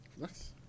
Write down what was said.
Nice